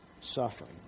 suffering